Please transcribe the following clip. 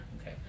Okay